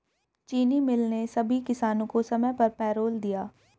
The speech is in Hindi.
चीनी मिल ने सभी किसानों को समय पर पैरोल दे दिया